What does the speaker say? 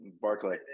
Barclay